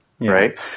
Right